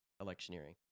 Electioneering